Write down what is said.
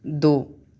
دو